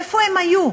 איפה הם היו?